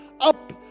up